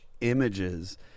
images